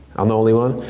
i'm the only one?